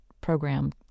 program